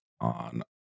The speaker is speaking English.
on